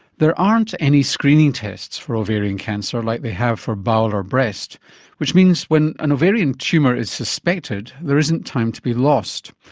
there aren't any screening tests for ovarian cancer, like they have for bowel or breast which means when an ovarian tumour is suspected, there isn't time to be lost.